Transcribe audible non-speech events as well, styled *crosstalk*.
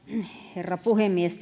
herra puhemies *unintelligible*